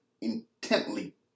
intently